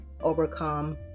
overcome